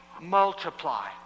multiply